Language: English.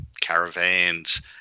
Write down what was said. caravans